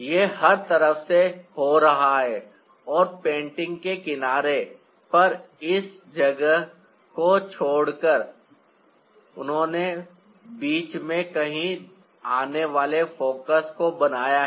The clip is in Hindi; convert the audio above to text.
यह हर तरफ से हो रहा है और पेंटिंग के किनारे पर इस जगह सतह को छोड़कर उन्होंने बीच में कहीं आने वाले फोकस को बनाया है